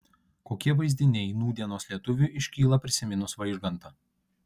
kokie vaizdiniai nūdienos lietuviui iškyla prisiminus vaižgantą